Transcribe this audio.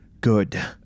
Good